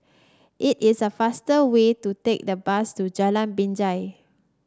it is a faster way to take the bus to Jalan Binjai